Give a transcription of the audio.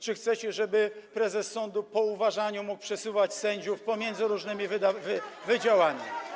Czy chcecie, żeby prezes sądu po uważaniu mógł przesyłać sędziów pomiędzy różnymi wydziałami?